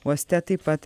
uoste taip pat